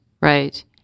right